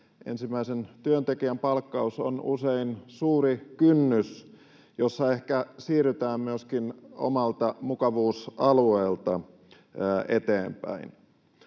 Ensimmäisen työntekijän palkkaus on usein suuri kynnys, jossa ehkä myöskin siirrytään omalta mukavuusalueelta eteenpäin.